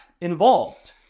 involved